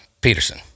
Peterson